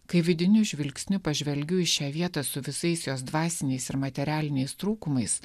kai vidiniu žvilgsniu pažvelgiu į šią vietą su visais jos dvasiniais ir materialiniais trūkumais